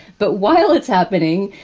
but while it's happening,